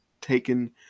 taken